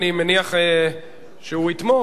אני מניח שהוא יתמוך,